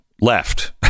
left